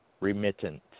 Remittance